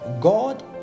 God